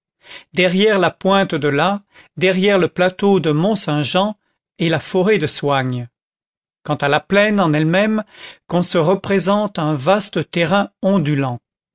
derrière la pointe de l'a derrière le plateau de mont-saint-jean est la forêt de soignes quant à la plaine en elle-même qu'on se représente un vaste terrain ondulant